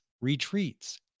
retreats